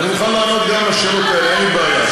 אני מוכן לענות גם על השאלות האלה, אין לי בעיה.